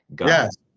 Yes